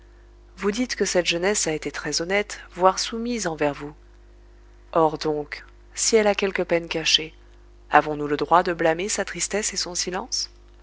vous dites que cette jeunesse a été très-honnête voire soumise envers vous or donc si elle a quelque peine cachée avons-nous le droit de blâmer sa tristesse et son silence